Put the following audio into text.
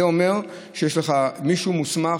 זה אומר שיש מישהו מוסמך,